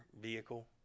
vehicle